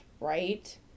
right